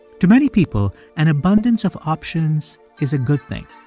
to many people, an abundance of options is a good thing.